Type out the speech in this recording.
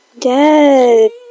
Yes